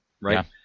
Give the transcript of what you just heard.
right